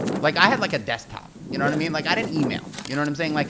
like i had like a desktop, you know what i mean? like i didn't email, you know what i'm saying? like